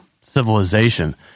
civilization